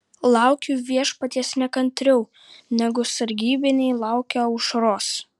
laukiu viešpaties nekantriau negu sargybiniai laukia aušros